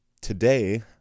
Today